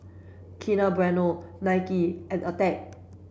Kinder Bueno Nike and Attack